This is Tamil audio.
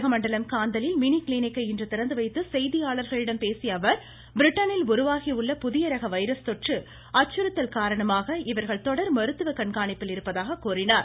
உதகமண்டலம் காந்தலில் மினி கிளினிக்கை இன்று திறந்துவைத்து செய்தியாளர்களிடம் பேசிய அவர் பிரிட்டனில் உருவாகி உள்ள புதிய ரக வைரஸ் தொற்று அச்சுறுத்தல் காரணமாக இவர்கள் தொடர் மருத்துவ கண்காணிப்பில் இருப்பதாக கூறினார்